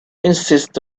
insist